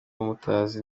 mutazi